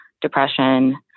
depression